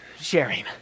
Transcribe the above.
sharing